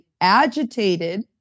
Agitated